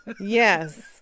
yes